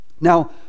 Now